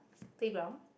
playground